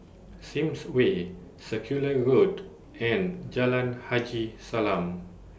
Sims Way Circular Road and Jalan Haji Salam